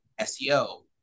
SEO